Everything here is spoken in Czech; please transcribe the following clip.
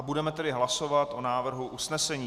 Budeme tedy hlasovat o návrhu usnesení.